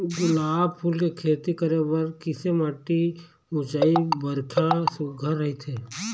गुलाब फूल के खेती करे बर किसे माटी ऊंचाई बारिखा सुघ्घर राइथे?